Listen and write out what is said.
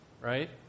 right